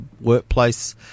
workplace